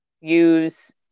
use